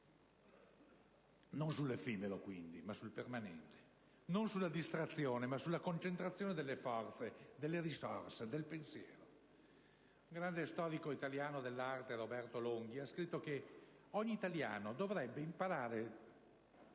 Non sull'effimero quindi, ma sul permanente. Non sulla distrazione, ma sulla concentrazione delle forze, delle risorse e del pensiero. Un grande storico italiano dell'arte, Roberto Longhi, ha scritto che «ogni italiano dovrebbe imparar